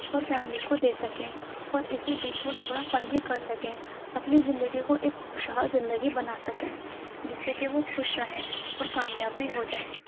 اور فیملی کو دے سکیں اور اسی بیچ وہ تھوڑا فن بھی کر سکیں اپنی زندگی کو ایک خوشحال زندگی بنا سکیں جس سے کہ وہ خوش رہیں اور کامیاب بھی ہو جائیں